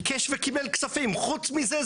ביקש וקיבל כספים חוץ מזה,